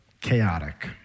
chaotic